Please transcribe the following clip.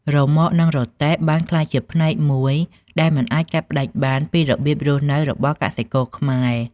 រ៉ឺម៉កនឹងរទេះបានក្លាយជាផ្នែកមួយដែលមិនអាចកាត់ផ្តាច់បានពីរបៀបរស់នៅរបស់កសិករខ្មែរ។